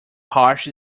hash